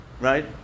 Right